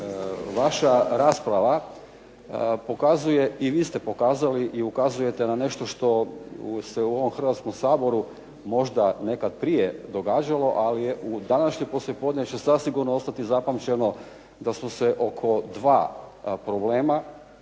vaša rasprava pokazuje i vi ste pokazali i ukazujete na nešto što se u ovom Hrvatskom saboru možda nekad prije događalo ali je u današnje poslije podne će zasigurno ostati zapamćeno da smo se oko dva problema